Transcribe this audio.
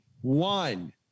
one